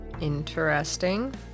Interesting